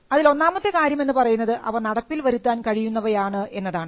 അതിൽ ഒന്നാമത്തെ കാര്യം എന്ന് പറയുന്നത് അവ നടപ്പിൽ വരുത്താൻ കഴിയുന്നവയാണ് എന്നതാണ്